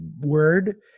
word